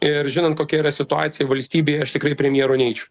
ir žinant kokia yra situacija valstybėje aš tikrai premjeru neičiau